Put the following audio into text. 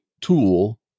tool